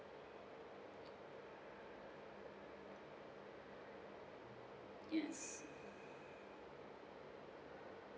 yes